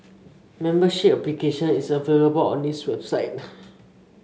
membership application is available on its website